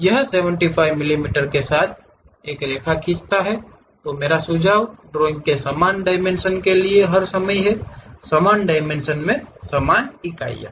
यह 75 मिमी के साथ एक रेखा खींचता है मेरा सुझाव ड्राइंग के समान डायमेंशन के लिए हर समय है समान डायमेंशन में समान इकाइयाँ